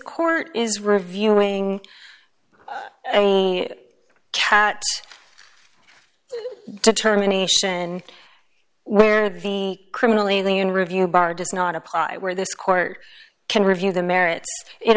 court is reviewing a cat determination where the criminally review bar does not apply where this court can review the merits